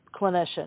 clinician